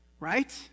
right